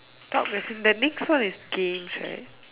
talk is it the next one is games right